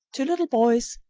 two little boys,